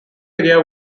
area